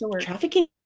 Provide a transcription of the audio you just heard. trafficking